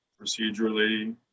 procedurally